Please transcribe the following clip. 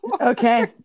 Okay